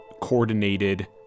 coordinated